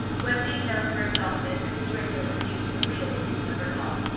when details were exhausted mrs. rachel introduced the real reason of her call.